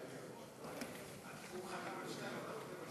הוא חתם על שתיים, ואתה חותם על